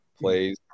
plays